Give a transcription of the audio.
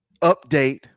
update